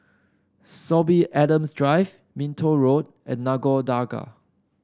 Sorby Adams Drive Minto Road and Nagore Dargah